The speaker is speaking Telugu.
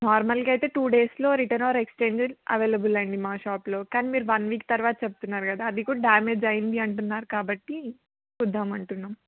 నార్మల్గా అయితే టూ డేస్లో రిటర్న్ ఆర్ ఎక్స్చేంజ్ అవైలబుల్ అండి మా షాప్లో కానీ మీరు వన్ వీక్ తర్వాత చెప్తున్నారు కదా అది కూడా డ్యామేజ్ అయ్యింది అంటున్నారు కాబట్టి చూద్దాం అంటున్నాం